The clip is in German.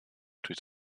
durch